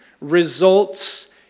results